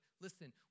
listen